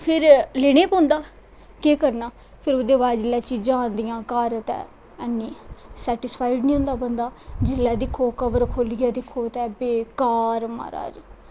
फिर लैने गै पौंदा फिर उसदै बाद जिसलै चीजां आंदियां घर ते हैनी सैटिसफाईड़ निं होंदा बंदा जिसलै दिक्खो कवर खोह्लियै दिक्खो ते बेकार मारज